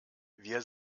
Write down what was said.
wir